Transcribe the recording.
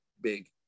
big